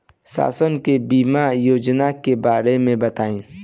शासन के बीमा योजना के बारे में बताईं?